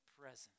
present